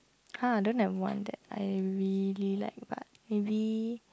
!huh! don't have one that I really like but maybe